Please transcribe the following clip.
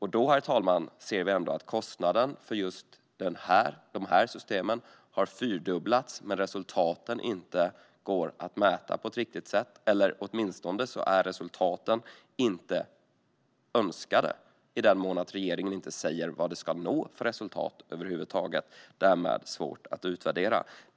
Herr talman! Vi kan se att kostnaden för just dessa system har fyrdubblats men att resultaten inte går att mäta på ett riktigt sätt. Åtminstone är resultaten inte önskade, eftersom regeringen över huvud taget inte säger vilka resultat man ska nå. Därmed är det svårt att utvärdera.